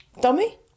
Dummy